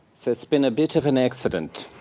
there's been a bit of an accident.